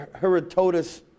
Herodotus